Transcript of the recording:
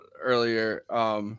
earlier